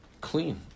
clean